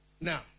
now